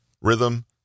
Rhythm